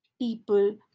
people